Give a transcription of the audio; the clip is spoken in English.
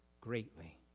greatly